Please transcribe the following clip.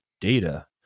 data